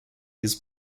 his